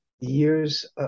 years